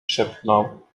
szeptał